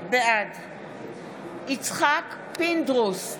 בעד יצחק פינדרוס,